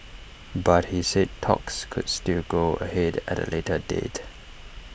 but he said talks could still go ahead at A later date